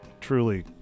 truly